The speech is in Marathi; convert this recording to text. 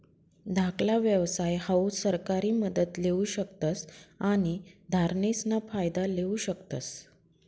धाकला व्यवसाय हाऊ सरकारी मदत लेवू शकतस आणि धोरणेसना फायदा लेवू शकतस